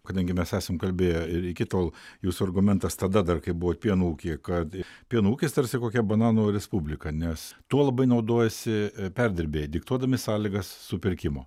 kadangi mes esam kalbėję ir iki tol jūsų argumentas tada dar kai buvot pieno ūkyje kad pieno ūkis tarsi kokia bananų respublika nes tuo labai naudojasi perdirbėjai diktuodami sąlygas supirkimo